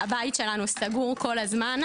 הבית שלנו סגור כל הזמן.